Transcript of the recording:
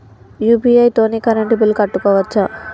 UPI తోని current bill కట్టుకోవచ్ఛా?